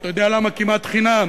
אתה יודע למה כמעט חינם?